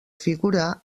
figura